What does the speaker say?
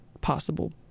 possible